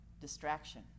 distraction